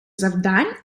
завдань